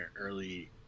early